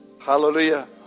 Hallelujah